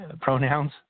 pronouns